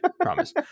promise